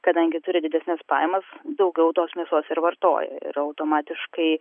kadangi turi didesnes pajamas daugiau tos mėsos ir vartoja ir automatiškai